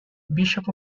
bishop